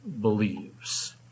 believes